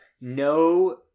No